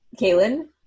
Kaylin